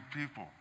people